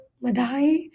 madai